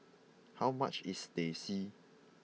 how much is Teh C